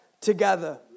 together